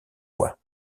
fois